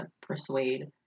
Persuade